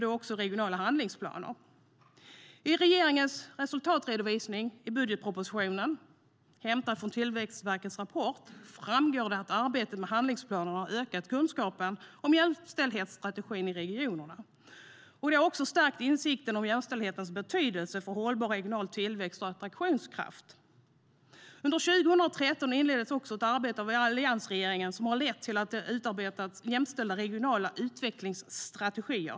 I regeringens resultatredovisning i budgetpropositionen, hämtad från Tillväxtverkets rapport, framgår att arbetet med handlingsplanerna har ökat kunskapen om jämställdhetsstrategin i regionerna. Det har även stärkt insikten om jämställdhetens betydelse för hållbar regional tillväxt och attraktionskraft, och under 2013 inledde dåvarande alliansregeringen ett arbete som har lett till att det har utarbetats jämställda regionala utvecklingsstrategier.